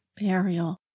burial